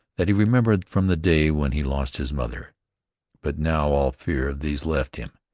that he remembered from the day when he lost his mother but now all fear of these left him.